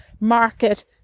market